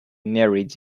inherit